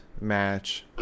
match